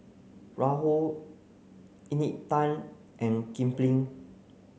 Raoul Encik Tan and Kipling